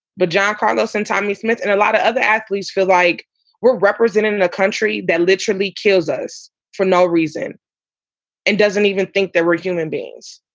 but john carlos and tommie smith and a lot of other athletes feel like we're representing and a country that literally kills us for no reason and doesn't even think that we're human beings.